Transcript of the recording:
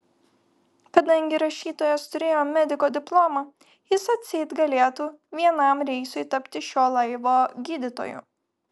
kadangi rašytojas turėjo mediko diplomą jis atseit galėtų vienam reisui tapti šio laivo gydytoju